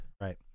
Right